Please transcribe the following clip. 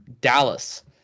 Dallas